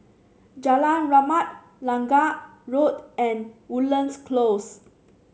Jalan Rahmat Lange Road and Woodlands Close